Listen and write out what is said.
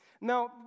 Now